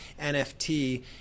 nft